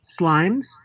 slimes